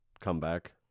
comeback